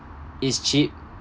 it's cheap